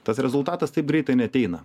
tas rezultatas taip greitai neateina